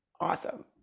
awesome